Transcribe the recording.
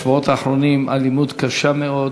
בשבועות האחרונים, אלימות קשה מאוד